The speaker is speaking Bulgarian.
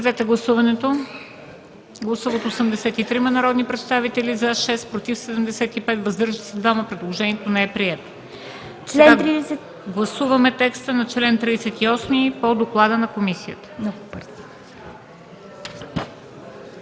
Гласуваме текста на чл. 38 по доклада на комисията.